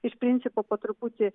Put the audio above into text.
iš principo po truputį